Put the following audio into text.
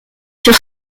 sur